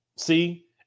See